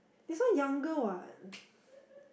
this one younger what